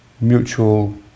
mutual